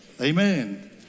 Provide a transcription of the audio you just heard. amen